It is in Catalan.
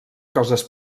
coses